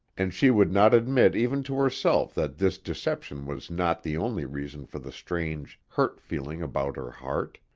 and she would not admit even to herself that this deception was not the only reason for the strange, hurt feeling about her heart.